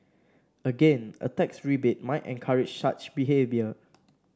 again a tax rebate might encourage such behaviour